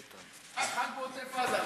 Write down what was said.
בעוטף עזה.